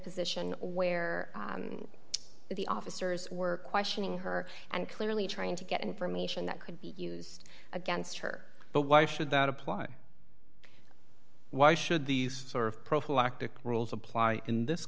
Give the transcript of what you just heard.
position where the officers were questioning her and clearly trying to get information that could be used against her but why should that apply why should these sort of prophylactic rules apply in this